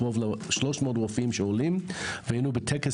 קרוב ל-300 רופאים שעולים והיינו בטקס